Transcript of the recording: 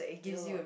ya